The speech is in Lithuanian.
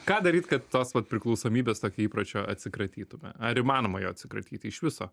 ką daryt kad tos vat priklausomybės tokio įpročio atsikratytume ar įmanoma jo atsikratyti iš viso